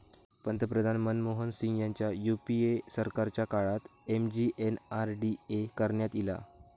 पंतप्रधान मनमोहन सिंग ह्यांच्या यूपीए सरकारच्या काळात एम.जी.एन.आर.डी.ए करण्यात ईला